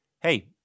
hey